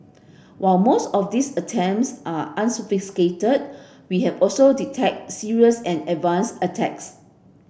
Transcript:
while most of these attempts are unsophisticated we have also detected serious and advanced attacks